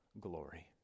glory